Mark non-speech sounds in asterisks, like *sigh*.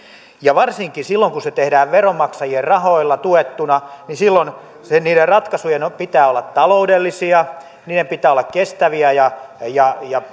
ja varsinkin silloin kun se tehdään veronmaksajien rahoilla tuettuna niiden ratkaisujen pitää olla taloudellisia niiden pitää olla kestäviä ja ja *unintelligible*